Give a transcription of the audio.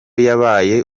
yabaye